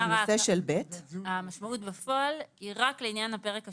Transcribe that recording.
כלומר, המשמעות בפועל היא רק לעניין הפרק השלישי1,